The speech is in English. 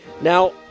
Now